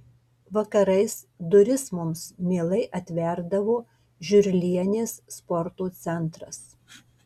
vakarais duris mums mielai atverdavo žiurlienės sporto centras